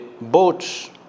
boats